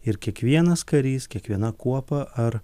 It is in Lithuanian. ir kiekvienas karys kiekviena kuopa ar